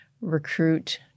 recruit